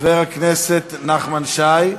חבר הכנסת נחמן שי,